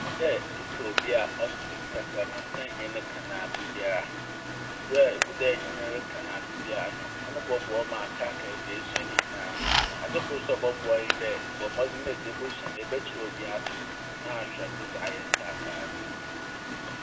Ɔwɔ dɛ epɛ obi a ɔtse kasa no na ɛnye no aka no aber biara. Ntsi ber a egu do a ɛnye no reka aber biara no, ɔno bɔboa wo ma akaakae dza esua ne nyinaa mu. Adze kor so a ɔbɔboa nye dɛ, bɔ mbɔdzen dɛ dza ebosua no ɛbɛkyerɛw bi atɔ hɔ na ahwɛdo dze ayɛ nkaakaadze so.